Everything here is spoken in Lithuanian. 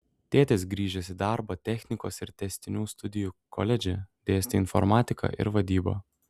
tėtis grįžęs į darbą technikos ir tęstinių studijų koledže dėstė informatiką ir vadybą